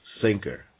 sinker